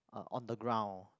on the ground